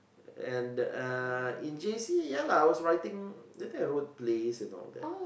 and the uh in J_C ya lah was writing think I wrote plays and all that